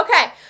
Okay